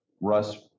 Russ